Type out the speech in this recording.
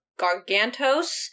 gargantos